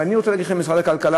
ואני רוצה להגיד לכם, משרד הכלכלה,